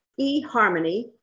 eHarmony